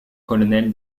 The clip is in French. colonel